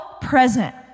present